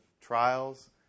trials